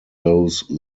those